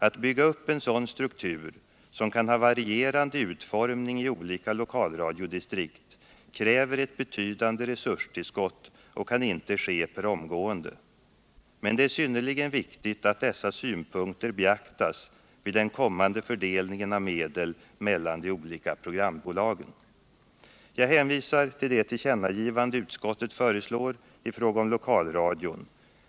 Att bygga upp en sådan struktur, som kan ha varierande utformning i olika lokalradiodistrikt, kräver ett betydande resurstillskott och kan inte ske per omgående. Men det är synnerligen viktigt att dessa synpunkter beaktas vid den kommande fördelningen av medel mellan de olika programbolagen. Jag hänvisar till det tillkännagivande utskottet föreslår i fråga om lokalradion.